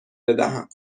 بدهم